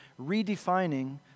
Redefining